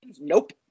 Nope